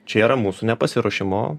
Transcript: čia yra mūsų nepasiruošimo